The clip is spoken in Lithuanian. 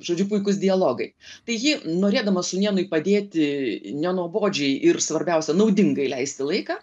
žodžiu puikūs dialogai tai ji norėdama sūnėnui padėti nenuobodžiai ir svarbiausia naudingai leisti laiką